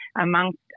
amongst